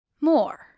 More